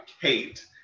Kate